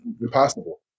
impossible